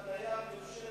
זו אפליה ברשיון.